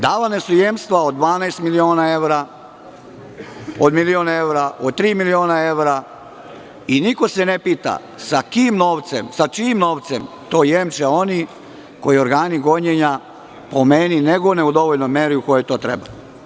Davana su jemstva od 12 miliona evra, od milion evra, od tri miliona evra i niko se ne pita sa čijim novcem oni to jemče koje organi gonjenja, po meni, ne gone u dovoljnoj meri u kojoj to treba.